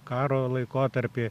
karo laikotarpį